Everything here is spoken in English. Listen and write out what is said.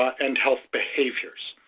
and health but